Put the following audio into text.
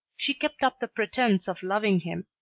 she kept up the pretence of loving him,